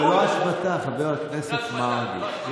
זו לא השבתה, חבר הכנסת מרגי.